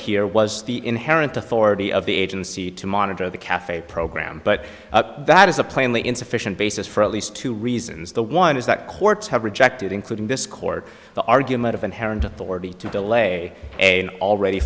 here was the inherent authority of the agency to monitor the cafe program but that is a plainly insufficient basis for at least two reasons the one is that courts have rejected including this court the argument of inherent authority to delay a already